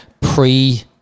pre